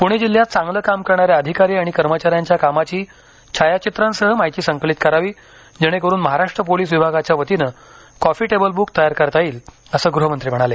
पुणे जिल्ह्यात चांगले काम करणाऱ्या अधिकारी आणि कर्मचाऱ्यांच्या कामाची छायाचित्रांसह माहिती संकलित करावी जेणेकरून महाराष्ट्र पोलीस विभागाच्या वतीने कॉफी टेबल बुक तयार करता येईल असं ग्रहमंत्री म्हणाले